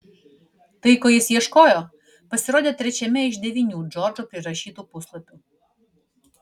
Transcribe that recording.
tai ko jis ieškojo pasirodė trečiame iš devynių džordžo prirašytų puslapių